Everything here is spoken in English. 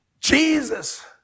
Jesus